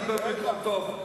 אני בעברית לא טוב.